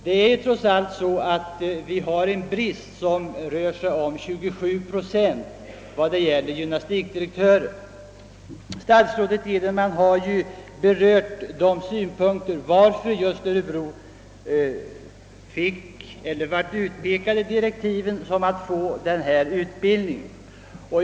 Vi har för närvarande en brist på cirka 27 procent när det gäller gymnastikdirektörer. Statsrådet Edenman har redogjort för varför just Örebro blev utpekat i di rektiven till att få denna högskola. De skäl som statsrådet anfört anser jag vara riktiga.